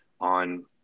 on